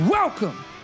Welcome